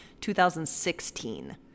2016